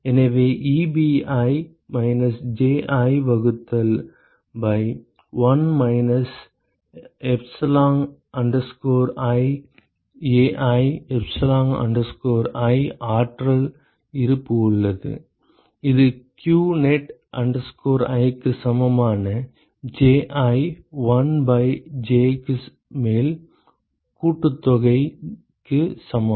எனவே Ebi minus Ji வகுத்தல் by 1 minus epsilon i Ai epsilon i ஆற்றல் இருப்பு உள்ளது இது qnet i க்கு சமமான Ji 1 பை j க்கு மேல் கூட்டுத்தொகை க்கு சமம்